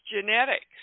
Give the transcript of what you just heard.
genetics